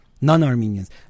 non-Armenians